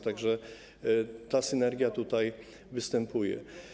Tak że ta synergia tutaj występuje.